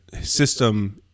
system